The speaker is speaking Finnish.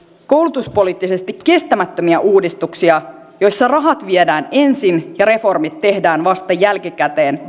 koulutuspoliittisesti kestämättömiä uudistuksia joissa rahat viedään ensin ja reformit tehdään vasta jälkikäteen